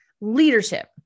Leadership